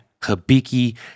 Kabiki